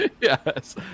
Yes